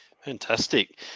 Fantastic